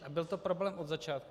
A byl to problém od začátku.